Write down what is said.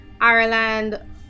Ireland